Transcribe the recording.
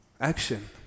Action